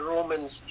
Romans